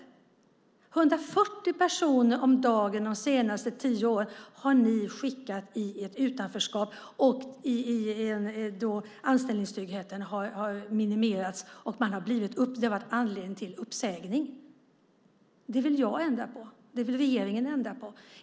140 personer om dagen de senaste tio åren har ni skickat i ett utanförskap. Anställningstryggheten har minimerats, och det har funnits anledning till uppsägning. Det vill jag ändra på. Det vill regeringen ändra på.